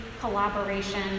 collaboration